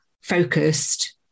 focused